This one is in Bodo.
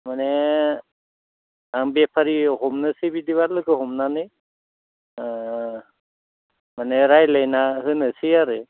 माने आं बेफारि हमनोसै बिदिबा लोगो हमनानै माने रायज्लायना होनोसै आरो